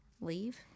leave